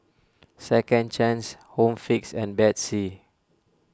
Second Chance Home Fix and Betsy